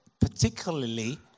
particularly